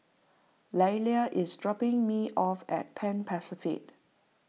Lelia is dropping me off at Pan Pacific